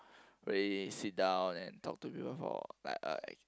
really sit down and talk to people for like a